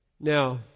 Now